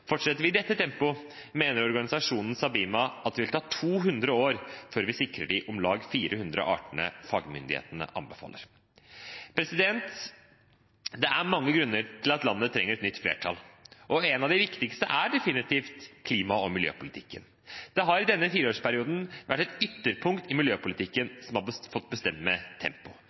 Fortsetter vi i dette tempoet, mener organisasjonen Sabima at det vil ta 200 år før vi sikrer de om lag 400 artene fagmyndighetene anbefaler. Det er mange grunner til at landet trenger et nytt flertall, og en av de viktigste er definitivt klima- og miljøpolitikken. Det har i denne fireårsperioden vært et ytterpunkt i miljøpolitikken som har fått bestemme